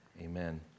Amen